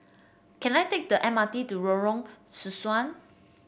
can I take the M R T to Lorong Sesuai